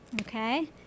Okay